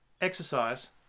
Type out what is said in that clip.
exercise